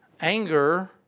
Anger